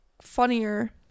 funnier